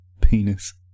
Penis